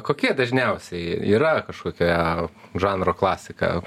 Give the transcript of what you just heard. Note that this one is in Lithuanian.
kokie dažniausiai yra kažkokie žanro klasika